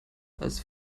als